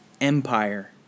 empire